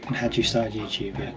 had you started youtube yet?